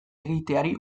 egiteari